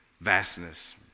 vastness